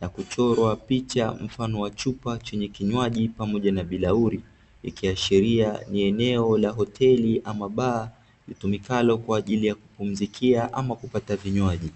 na kuchorwa picha mfano wa chupa chenye kinywaji pamoja na bilauri. Ikiashiria ni eneo la hoteti ama baa, litumikalo kwa ajili ya kupumzikia au kupata vinywaji.